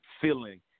feeling